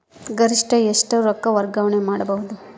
ಗರಿಷ್ಠ ಎಷ್ಟು ರೊಕ್ಕ ವರ್ಗಾವಣೆ ಮಾಡಬಹುದು?